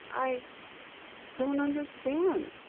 i don't understand.